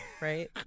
Right